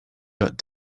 got